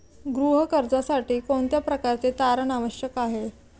गृह कर्जासाठी कोणत्या प्रकारचे तारण आवश्यक आहे?